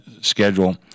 schedule